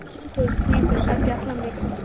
ٹھیٖک حظ چھِ ٹھیٖک حظ چھِ اَدٕ کیٛاہ السلامُ علیکُم